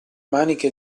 maniche